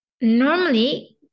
normally